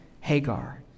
Hagar